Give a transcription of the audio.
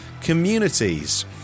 communities